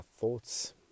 thoughts